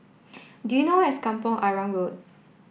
do you know where is Kampong Arang Road